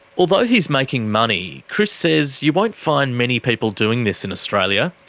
although he's making money, chris says you won't find many people doing this in australia.